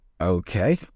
Okay